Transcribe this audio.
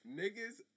niggas